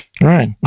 Right